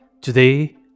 Today